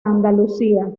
andalucía